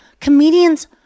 comedians